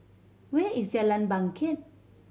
where is Jalan Bangket